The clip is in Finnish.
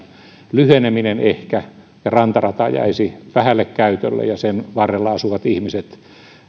lyhenemisen ehkä ja rantarata jäisi vähälle käytölle ja sen varrella asuvat ihmiset